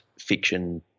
fiction